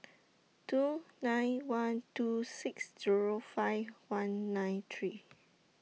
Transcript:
two nine one two six Zero five one nine three